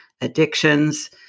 addictions